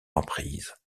emprise